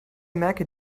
merke